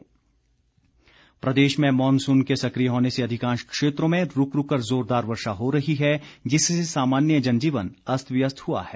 मौसम प्रदेश में मॉनसून के सक्रिय होने से अधिकांश क्षेत्रों में रूक रूक कर जोरदार वर्षा हो रही है जिससे सामान्य जनजीवन अस्त व्यस्त हुआ है